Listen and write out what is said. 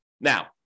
Now